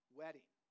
wedding